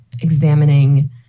examining